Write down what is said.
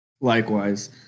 Likewise